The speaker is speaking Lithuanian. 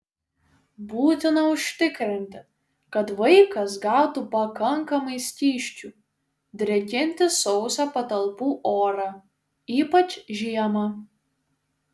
būtina užtikrinti kad vaikas gautų pakankamai skysčių drėkinti sausą patalpų orą ypač žiemą